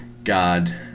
god